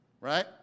right